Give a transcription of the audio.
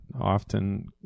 often